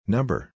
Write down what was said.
Number